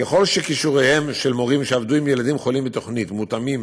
ככל שכישוריהם של מורים שעבדו עם ילדים חולים בתוכנית מותאמים